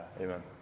amen